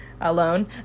alone